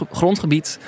grondgebied